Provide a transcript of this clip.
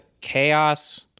chaos